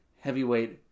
heavyweight